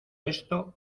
esto